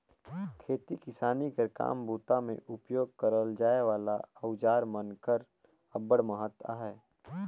खेती किसानी कर काम बूता मे उपियोग करल जाए वाला अउजार मन कर अब्बड़ महत अहे